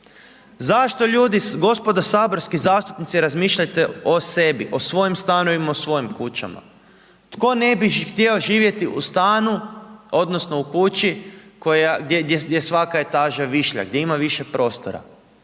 Zašto ljudi, gospodo saborski zastupnici razmišljajte o sebi, o svojim stanovima, o svojim kućama. Tko ne bi htio živjeti u stanu, odnosno, u kući, gdje svaka etaža je višlja, gdje ima više prostora?